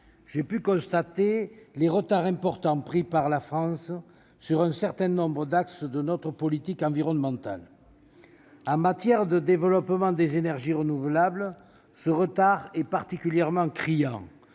j'ai pu constater les graves retards qu'accuse la France sur un certain nombre d'axes de notre politique environnementale. Pour ce qui concerne le développement des énergies renouvelables, ce retard est particulièrement criant.